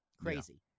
Crazy